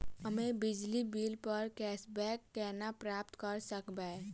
हम्मे बिजली बिल प कैशबैक केना प्राप्त करऽ सकबै?